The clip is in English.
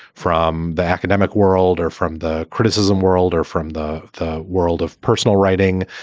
from the academic world or from the criticism world, or from the the world of personal writing.